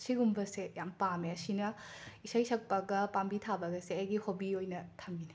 ꯁꯤꯒꯨꯝꯕꯁꯦ ꯌꯥꯝꯅ ꯄꯥꯝꯃꯦ ꯁꯤꯅ ꯏꯁꯩ ꯁꯛꯄꯒ ꯄꯥꯝꯕꯤ ꯊꯥꯕꯒꯁꯦ ꯑꯩꯒꯤ ꯍꯣꯕꯤ ꯑꯣꯏꯅ ꯊꯝꯃꯤꯅꯦ